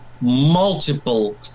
multiple